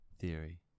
theory